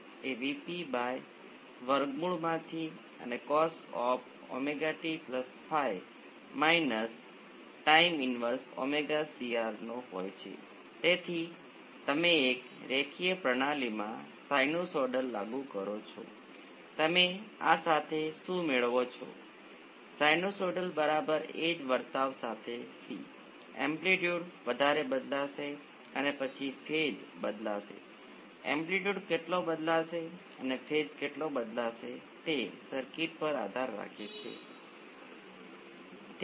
તેથી q માટેનું સમીકરણ R x વર્ગમૂળમાં C બાય L આ કિસ્સામાં અનુસરે છે તેથી તે એક મહત્વપૂર્ણ તફાવત છે અને જો તમે ખરેખર મૂંઝવણમાં હોવ તો સર્કિટ શું છે તે સૌ પ્રથમ તમે સ્ત્રોતોને 0 સુધી ઘટાડી શકો છો તમે કહી શકશો કે શું તે શ્રેણી સમાંતર છે અને જો તમે ન કરી શકો તો આખરે તો સામાન્ય કરેલ વિકલન સમીકરણ લખો અને યોગ્ય રીતે શબ્દો ઓળખો અને ક્વાલિટી ફેક્ટર શોધો